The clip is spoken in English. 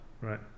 right